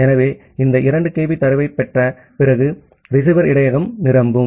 ஆகவே இந்த 2 kB தரவைப் பெற்ற பிறகு ரிசீவர் இடையகம் நிரம்பும்